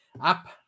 Up